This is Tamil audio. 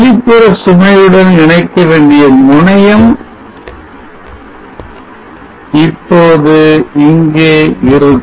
வெளிப்புற சுமையுடன் இணைக்கப்படவேண்டிய முனையம் இப்போது இங்கே இருக்கும்